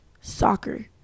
Soccer